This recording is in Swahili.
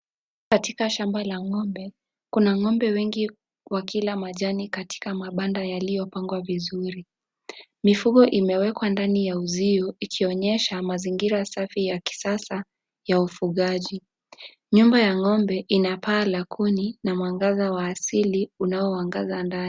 Katika shamba la ng'ombe kuna ng'ombe wengi wakila majani katika mabanda yaliyopangwa vizuri. Mifugo imewekwa ndani ya uzio ikionyesha mazingira safi ya kisasa ya ufugaji. Nyumba ya ng'ombe ina paa la kuni na mwangaza wa asili unaoangaza ndani.